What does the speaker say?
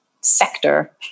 sector